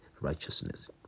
righteousness